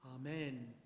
Amen